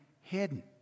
hidden